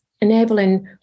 enabling